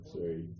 Sorry